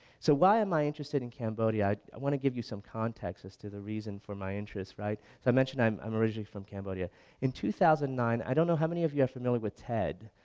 so why am i interested in cambodia, i want to give you some context as to the reason for my interest right. so i mentioned i'm i'm originally from cambodia in two thousand and nine i don't know how many of you are familiar with ted.